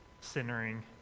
centering